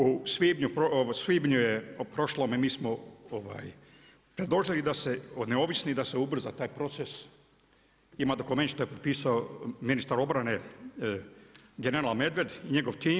U svibnju prošlom mi smo predložili da se neovisni da se ubrza taj proces, ima dokument što je potpisao ministar obrane general Medved i njegov tim.